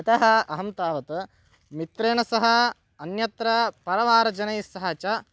यतः अहं तावत् मित्रेण सह अन्यत्र परिवारजनैः सह च